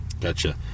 gotcha